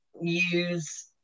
use